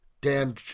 Dan